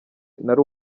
nari